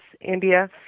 India